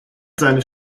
seines